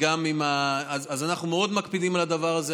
וגם עם, אז אנחנו מאוד מקפידים על הדבר הזה.